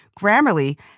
Grammarly